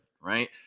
Right